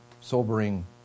sobering